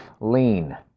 Lean